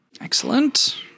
Excellent